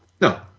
no